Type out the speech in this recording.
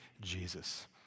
Jesus